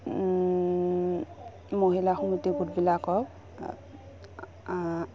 মহিলা সমিতি গোটবিলাকক